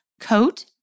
coat